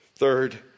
Third